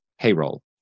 payroll